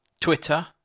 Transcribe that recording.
Twitter